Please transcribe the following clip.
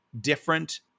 different